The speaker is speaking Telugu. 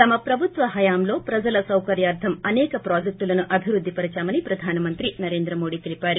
తమ ప్రభుత్వ హయాంలో ప్రజల సౌకర్యార్ధం అనేక ప్రాజెక్టులను అభివృద్ది పరిదామని ప్రధాన మంత్రి నరేంద్ర మోదీ తెలిపారు